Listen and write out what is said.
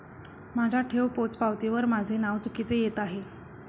माझ्या ठेव पोचपावतीवर माझे नाव चुकीचे येत आहे